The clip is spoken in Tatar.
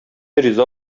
риза